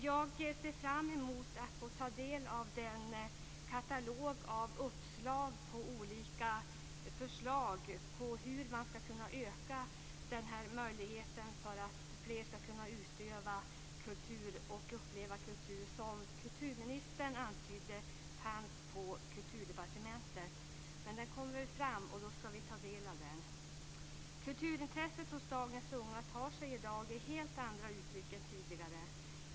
Jag ser fram emot att få ta del av den katalog med olika förslag på hur man skall kunna öka möjligheten för fler att utöva och uppleva kultur som kulturministern antydde fanns på Kulturdepartementet. Men den kommer väl fram, och då skall vi ta del av den. Kulturintresset hos dagens unga tar sig i dag helt andra uttryck än tidigare.